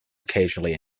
occasionally